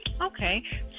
Okay